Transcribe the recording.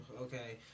Okay